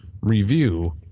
review